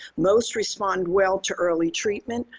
most respond well to early treatment,